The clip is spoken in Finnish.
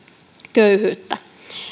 köyhyyttä